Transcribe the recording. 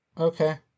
Okay